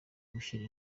gushyira